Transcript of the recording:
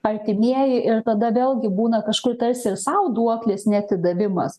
artimieji ir tada vėlgi būna kažkur tarsi sau duoklės neatidavimas